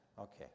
Okay